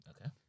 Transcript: Okay